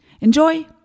Enjoy